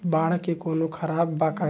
बाढ़ के कवनों खबर बा की?